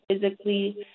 physically